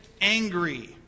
angry